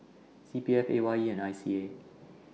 C P F A Y E and I C A